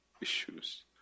issues